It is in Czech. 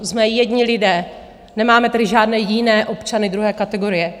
Jsme jedni lidé, nemáme tedy žádné jiné občany druhé kategorie.